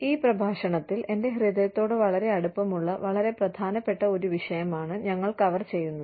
ഈ പ്രഭാഷണത്തിൽ എന്റെ ഹൃദയത്തോട് വളരെ അടുപ്പമുള്ള വളരെ പ്രധാനപ്പെട്ട ഒരു വിഷയമാണ് ഞങ്ങൾ കവർ ചെയ്യുന്നത്